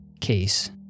case